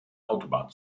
autobahn